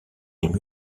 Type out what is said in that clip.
des